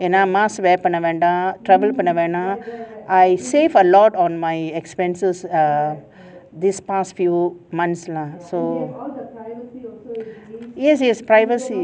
mask பண்ணவேணாம்:pannavenam travel பண்ணவேணாம்:pannavenam I save a lot on my expenses err this past few months lah so yes yes privacy